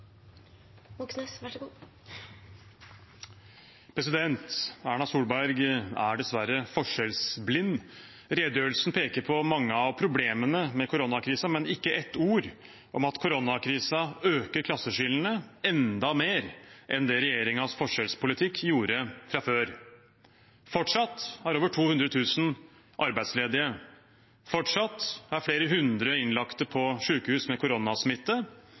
dessverre forskjellsblind. Redegjørelsen peker på mange av problemene med koronakrisen, men det er ikke ett ord om at koronakrisen øker klasseskillene enda mer enn det regjeringens forskjellspolitikk gjorde fra før. Fortsatt er over 200 000 arbeidsledige, fortsatt er flere hundre innlagt på sykehus med koronasmitte.